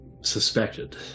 suspected